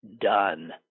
done